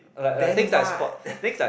damn what